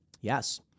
Yes